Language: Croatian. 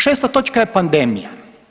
Šesta točka je pandemija.